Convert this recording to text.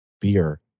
beer